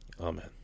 Amen